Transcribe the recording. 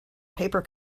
paper